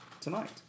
tonight